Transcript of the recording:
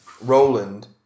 Roland